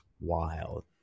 wild